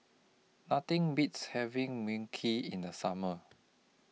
Nothing Beats having Mui Kee in The Summer